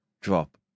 drop